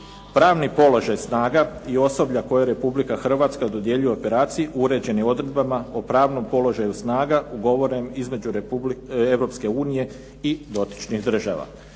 Pravni položaj snaga i osoblja koje Republika Hrvatska dodjeljuje operaciji uređen je odredbama o pravnom položaju snaga ugovoren između Europske unije i dotičnih država.